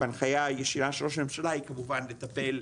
בהנחיה ישירה של ראש הממשלה הוא כמובן לטפל,